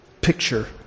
picture